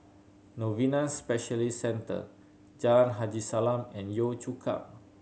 Novena Specialist Centre Jalan Haji Salam and Yio Chu Kang